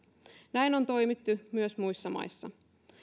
näin on toimittu myös muissa maissa